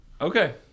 Okay